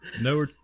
No